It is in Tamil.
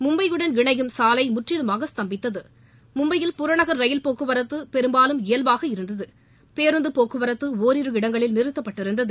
மும்பையுடன் இணையும் சாலை முற்றிலுமாக ஸ்தம்பித்தது மும்பையில் புறநகர் ரயில் போக்குவரத்து பெரும்பாலும் இயல்பாக இருந்தது பேருந்து போக்குவரத்து ஒரிரு இடங்களில் நிறுத்தப்பட்டு இருந்தது